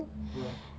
ah